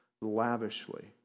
lavishly